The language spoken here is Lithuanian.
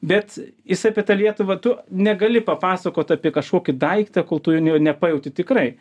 bet jis apie tą lietuvą tu negali papasakot apie kažkokį daiktą kol tu jo nepajauti tikrai